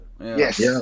Yes